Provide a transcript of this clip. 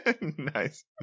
nice